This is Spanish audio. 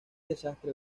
desastre